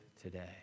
today